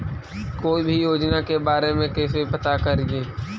कोई भी योजना के बारे में कैसे पता करिए?